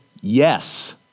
yes